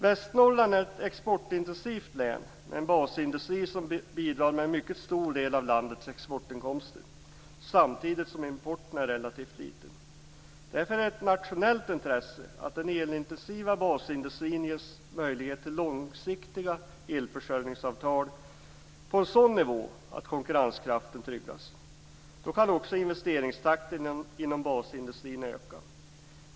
Västernorrland är ett exportintensivt län med en basindustri som bidrar med en mycket stor del av landets exportinkomster, samtidigt som importen är relativt liten. Därför är det ett nationellt intresse att den elintensiva basindustrin ges möjlighet till långsiktiga elförsörjningsavtal på en sådan nivå att konkurrenskraften tryggas. Då kan också investeringstakten inom basindustrin öka.